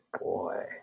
boy